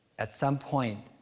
at some point,